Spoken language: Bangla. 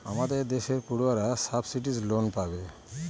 আমাদের দেশের পড়ুয়ারা সাবসিডাইস লোন পাবে